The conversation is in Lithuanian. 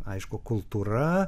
aišku kultūra